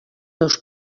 meus